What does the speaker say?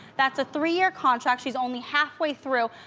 that's a three year contract, she's only halfway through,